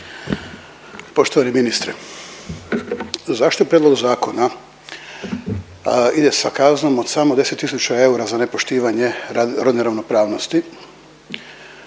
Poštovani ministre zašto prijedlog zakona ide sa kaznom od samo 10 000 eura za nepoštivanje rodne ravnopravnosti,